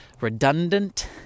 redundant